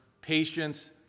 patience